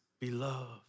beloved